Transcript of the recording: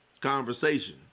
conversation